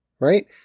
right